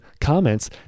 comments